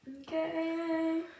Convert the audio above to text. Okay